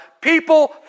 People